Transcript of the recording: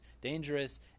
dangerous